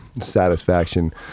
satisfaction